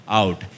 out